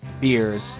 beers